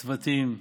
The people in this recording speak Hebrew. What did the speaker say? צוותים,